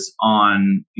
on